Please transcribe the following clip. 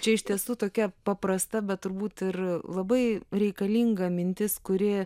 čia iš tiesų tokia paprasta bet turbūt ir labai reikalinga mintis kuri